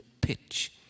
pitch